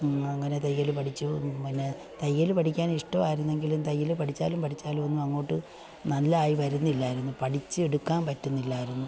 അങ്ങനെ തയ്യൽ പഠിച്ചു പിന്നെ തയ്യൽ പഠിക്കാൻ ഇഷ്ട്ടമായിരുന്നെങ്കിലും തയ്യൽ പഠിച്ചാലും പഠിച്ചാലും ഒന്നും അങ്ങോട്ട് നല്ലത് ആയി വരുന്നില്ലായിരുന്നു പഠിച്ചെടുക്കാൻ പറ്റുന്നില്ലായിരുന്നു